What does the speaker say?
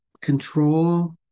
control